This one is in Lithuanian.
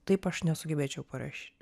taip aš nesugebėčiau parašyt